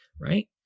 right